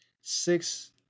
six